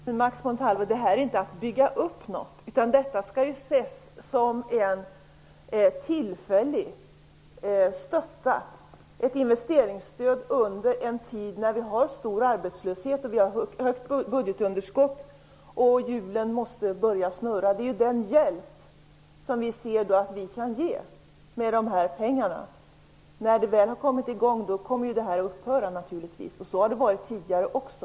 Herr talman! Detta är inte att bygga upp någonting, Max Montalvo. Detta skall ses som en tillfällig stötta, ett investeringsstöd under en tid när vi har stor arbetslöshet och högt budgetunderskott. Hjulen måste börja snurra. Det är den hjälp som vi ser att vi kan ge med de här pengarna. När verksamhet väl har kommit i gång kommer detta stöd naturligtvis att upphöra. Så har det varit tidigare också.